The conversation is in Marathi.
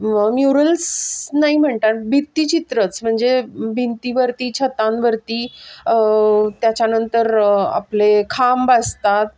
म्युरल्स नाही म्हणतात भित्तीचित्रच म्हणजे भिंतीवरती छतांवरती त्याच्यानंतर आपले खांब असतात